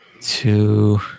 two